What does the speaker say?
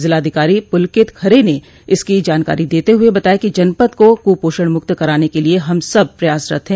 जिलाधिकारी पुलकित खरे ने इसकी जानकारी देते हुए बताया कि जनपद को कुपोषणमुक्त कराने के लिए हम सब प्रयासरत हैं